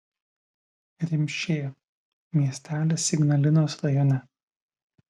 rimšė miestelis ignalinos rajone